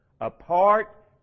apart